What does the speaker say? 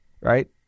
Right